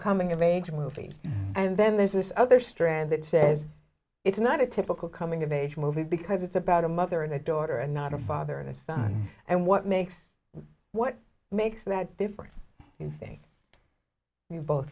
coming of age movie and then there's this other strand that says it's not a typical coming of age movie because it's about a mother and a daughter and not a father and son and what makes what makes that different you think you both